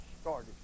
started